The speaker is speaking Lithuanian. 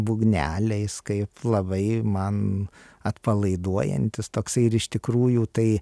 būgneliais kaip labai man atpalaiduojantis toksai ir iš tikrųjų tai